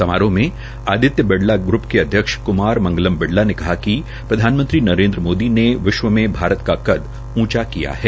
समारोह में आदित्य बिइला ग्रंप के अध्यक्ष क्मार मंगलम बिड़ला ने कहा कि प्रधानमंत्री नरेन्द्र मोदी ने विश्व का कद ऊंचा किया है